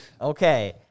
Okay